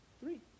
Three